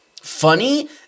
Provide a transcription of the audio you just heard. funny